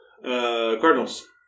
Cardinals